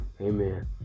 Amen